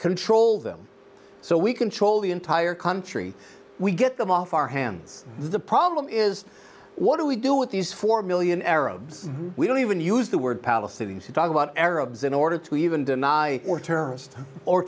control them so we control the entire country we get them off our hands the problem is what do we do with these four million arabs we don't even use the word palestinian to talk about arabs in order to even deny or ter